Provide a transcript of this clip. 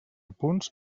punts